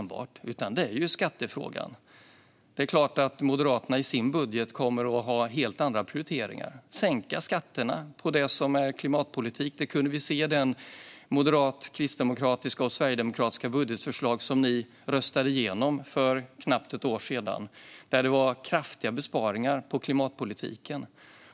I sin budget kommer Moderaterna givetvis att ha helt andra prioriteringar. Ni vill sänka skatterna på det som är klimatpolitik. Det kunde vi se i M-KD-SD-budgeten som ni röstade igenom för knappt ett år sedan och som innehöll kraftiga besparingar på klimatpolitiken.